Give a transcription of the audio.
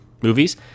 movies